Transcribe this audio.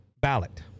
ballot